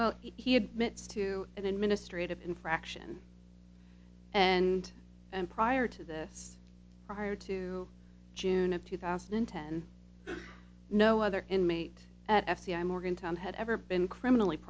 well he admits to an administrative infraction and and prior to this prior to june of two thousand and ten no other inmate at f e i morgantown had ever been criminally